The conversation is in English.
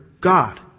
God